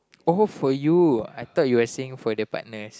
oh for you I thought you were saying for the partners